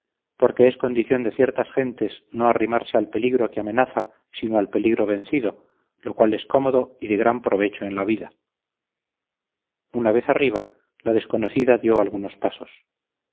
porque es condición de ciertas gentes no arrimarse al peligro que amenaza sino al peligro vencido lo cual es cómodo y de gran provecho en la vida una vez arriba la desconocida dio algunos pasos